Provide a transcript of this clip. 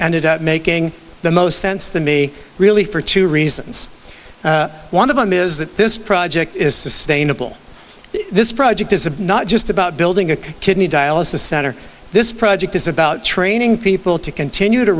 ended up making the most sense to me really for two reasons one of them is that this project is sustainable this project is not just about building a kidney dialysis center this project is about training people to continue to